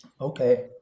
Okay